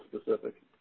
specific